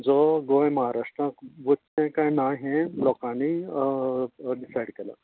जो गोंय म्हाराष्ट्राक वचचें काय ना हे लोकांनी डिसायड केला